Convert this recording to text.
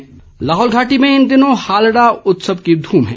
हालडा उत्सव लाहौल घाटी में इन दिनों हालडा उत्सव की धूम है